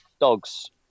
dogs